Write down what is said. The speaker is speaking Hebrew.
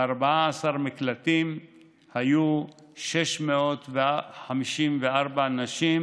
ב-14 מקלטים היו 654 נשים